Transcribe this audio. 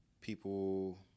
people